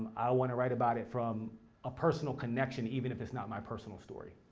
i want to write about it from a personal connection, even if it's not my personal story.